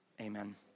Amen